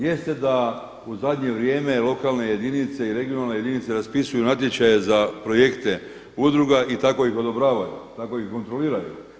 Jeste da u zadnje vrijeme lokalne i regionalne jedinice raspisuju natječaje za projekte udruga i tako iz odobravaju, tako ih kontroliraju.